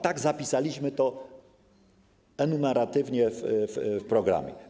Tak zapisaliśmy to enumeratywnie w programie.